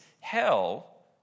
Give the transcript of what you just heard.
Hell